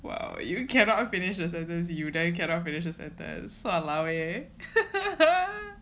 well you cannot finish the sentence you then cannot finish the sentence !walao! eh